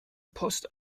post